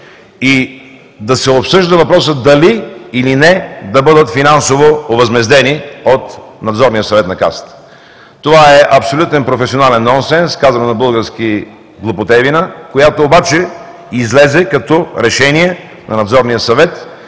и да се обсъжда въпросът дали да бъдат, или не финансово овъзмездени от Надзорния съвет на Касата. Това е абсолютен професионален нонсенс, казано на български – глупотевина, която обаче излезе като Решение на Надзорния съвет